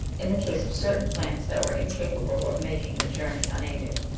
in the case of certain plants that were incapable of making the journey unaided.